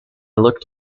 looked